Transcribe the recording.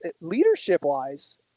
leadership-wise